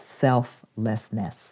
selflessness